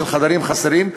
של חדרים חסרים,